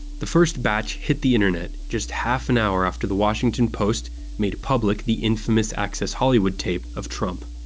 the first batch hit the internet just half an hour after the washington post made public the infamous access hollywood tape of trump.